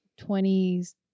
20s